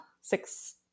six